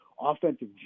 offensive